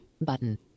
Button